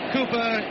Cooper